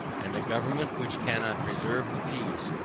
and a government which cannot preserve the peace,